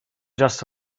just